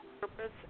purpose